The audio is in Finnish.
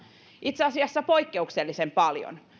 itse asiassa poikkeuksellisen paljon